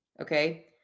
okay